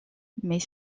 mais